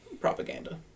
propaganda